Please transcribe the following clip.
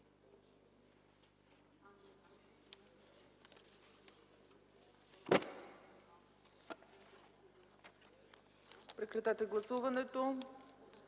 Прекратете гласуването,